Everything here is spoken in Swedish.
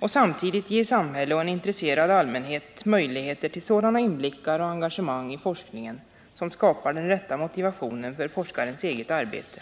och samtidigt ge samhälle och en intresserad allmänhet möjligheter till sådana inblickar och engagemang i forskningen som skapar den rätta motivationen för forskarens eget arbete.